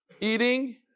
eating